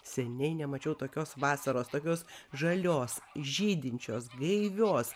seniai nemačiau tokios vasaros tokios žalios žydinčios gaivios